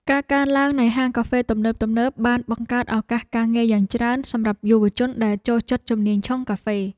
ការកើនឡើងនៃហាងកាហ្វេទំនើបៗបានបង្កើតឱកាសការងារយ៉ាងច្រើនសម្រាប់យុវជនដែលចូលចិត្តជំនាញឆុងកាហ្វេ។